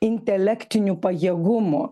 intelektinių pajėgumų